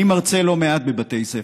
אני מרצה לא מעט בבתי ספר,